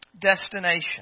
destination